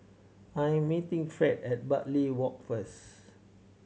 I am meeting Fred at Bartley Walk first